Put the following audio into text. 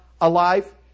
alive